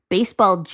Baseball